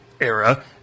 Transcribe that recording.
era